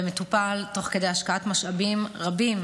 ומטופל תוך השקעת משאבים רבים,